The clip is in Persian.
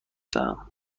دهم